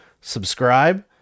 subscribe